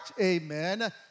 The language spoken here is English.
amen